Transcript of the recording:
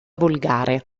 volgare